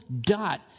dot